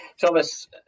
Thomas